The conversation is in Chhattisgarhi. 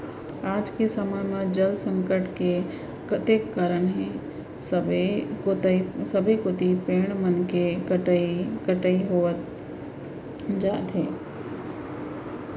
आज के समे म जल संकट के कतेक कारन हे सबे कोइत पेड़ मन के कतका कटई होवत जात हे